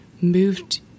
moved